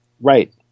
Right